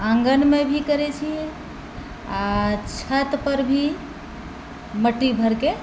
आँगनमे भी करै छिए आओर छतपर भी मट्टी भरिके